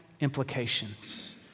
implications